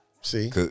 See